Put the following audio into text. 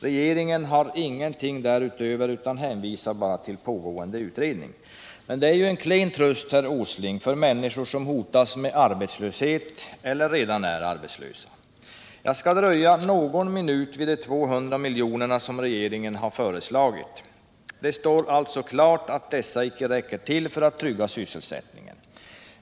Regeringen har ingenting därutöver, utan hänvisar bara till pågående utredning. Men det är klen tröst, herr Åsling, för människor som hotas med arbetslöshet eller redan är arbetslösa! Jag skall dröja någon minut vid de 200 miljonerna som regeringen har föreslagit. Det står alltså klart att dessa medel inte räcker till för att trygga sysselsättningen.